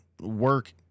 work